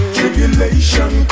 Tribulation